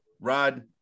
Rod